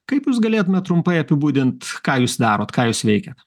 kaip jūs galėtumėt trumpai apibūdint ką jūs darot ką jūs veikiate